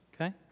okay